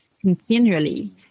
continually